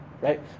right